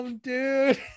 dude